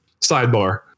sidebar